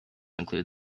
include